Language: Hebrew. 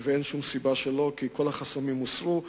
ואין שום סיבה שלא, כי כל החסמים הוסרו.